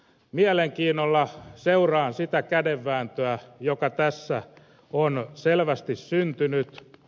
mielenkiinnolla seuraan sitä kädenvääntöä joka tässä on selvästi syntynyt